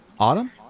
Autumn